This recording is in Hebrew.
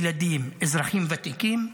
ילדים, אזרחים ותיקים,